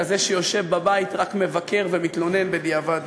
כזה שיושב בבית ורק מבקר ומתלונן בדיעבד.